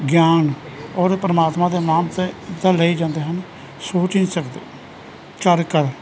ਗਿਆਨ ਔਰ ਪਰਮਾਤਮਾ ਦੇ ਨਾਮ ਤੇ ਤਾਂ ਲਏ ਜਾਂਦੇ ਹਨ ਸੋਚ ਹੀ ਨਹੀਂ ਸਕਦੇ ਚਾਰੇ ਕਰ